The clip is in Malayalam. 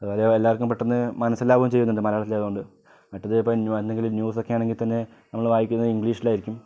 അതുപോലെ എല്ലാവർക്കും പെട്ടന്ന് മനസ്സിലാകുകയും ചെയ്യുന്നുണ്ട് മലയാളത്തിലായത് കൊണ്ട് മറ്റത് ഇപ്പോൾ ന്യൂ എന്തെങ്കിലും ന്യൂസോക്കെ ആണെങ്കിൽ തന്നെ നമ്മള് വായിക്കുന്നത് ഇംഗ്ലീഷിലായിരിക്കും